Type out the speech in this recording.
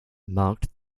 marked